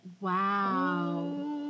Wow